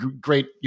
great